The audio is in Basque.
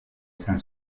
izan